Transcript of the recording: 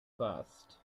fast